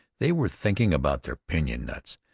they were thinking about their pinon-nuts.